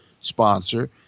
sponsor